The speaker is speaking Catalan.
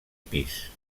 pis